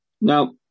Now